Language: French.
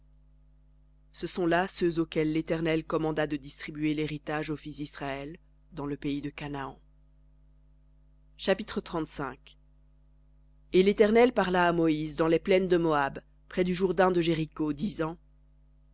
ce sont là ceux auxquels l'éternel commanda de distribuer l'héritage aux fils d'israël dans le pays de canaan chapitre et l'éternel parla à moïse dans les plaines de moab près du jourdain de jéricho